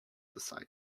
decide